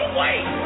wait